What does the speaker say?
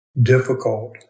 difficult